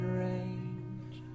range